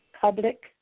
public